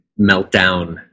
meltdown